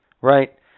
right